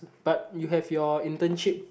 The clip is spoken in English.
but you have your internship